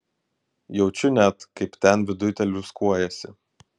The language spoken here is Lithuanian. jaučiu net kaip ten viduj teliūskuojasi